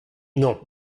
non